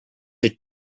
your